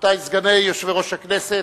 רבותי סגני יושב-ראש הכנסת,